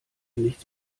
nichts